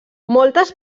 moltes